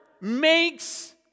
makes